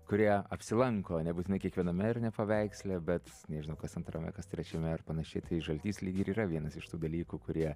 kurie apsilanko nebūtinai kiekviename ir ne paveiksle bet nežinau kas antrame kas trečiame ir panašiai tai žaltys lyg ir yra vienas iš tų dalykų kurie